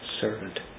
servant